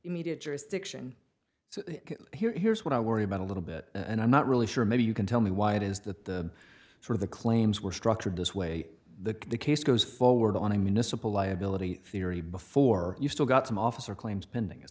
immediate jurisdiction so here's what i worry about a little bit and i'm not really sure maybe you can tell me why it is that the for the claims were structured this way the case goes forward on a municipal liability theory before you've still got some officer claims pending is